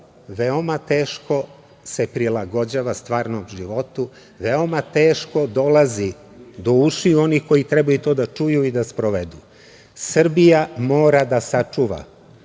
veoma teško se prilagođava stvarnom životu, veoma teško dolazi do ušiju onih koji to trebaju da čuju i da sprovedu. Srbija mora da sačuva